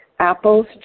Apples